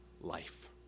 life